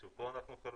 שוב, פה אנחנו חלוקים.